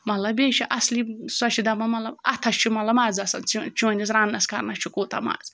مطلب بیٚیہِ چھُ اَصلی سۄ چھِ دَپان مطلب اَتھَس چھُ مطلب مَزٕ آسان چٔ چٲنِس رَننَس کَرنَس چھِ کوٗتاہ مَزٕ